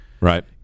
right